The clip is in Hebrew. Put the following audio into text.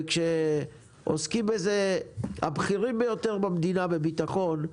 וכשעוסקים בזה הבכירים ביותר במדינה בביטחון,